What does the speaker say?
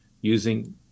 using